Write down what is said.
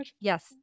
Yes